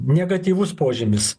negatyvus požymis